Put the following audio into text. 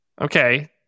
Okay